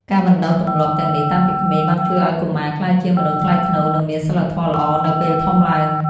ការបណ្តុះទម្លាប់ទាំងនេះតាំងពីក្មេង បានជួយឱ្យកុមារក្លាយជាមនុស្សថ្លៃថ្នូរ និងមានសីលធម៌ល្អនៅពេលធំឡើង។